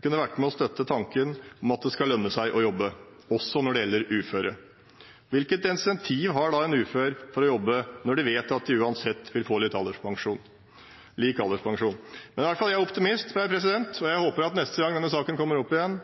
kunne vært med og støttet tanken om at det skal lønne seg å jobbe, også når det gjelder uføre. Hvilket incentiv har de uføre for å jobbe når de vet at de uansett vil få lik alderspensjon? Men jeg er i hvert fall optimist. Jeg er overbevist om at det neste gang denne saken kommer opp igjen